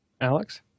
Alex